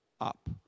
up